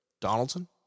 Donaldson